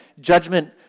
judgment